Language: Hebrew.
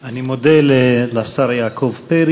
אני מודה לשר יעקב פרי.